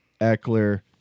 Eckler